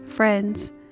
Friends